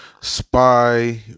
spy